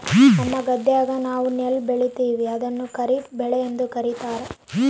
ನಮ್ಮ ಗದ್ದೆಗ ನಾವು ನೆಲ್ಲು ಬೆಳೀತೀವಿ, ಅದನ್ನು ಖಾರಿಫ್ ಬೆಳೆಯೆಂದು ಕರಿತಾರಾ